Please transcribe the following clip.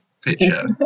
Picture